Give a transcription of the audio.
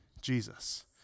Jesus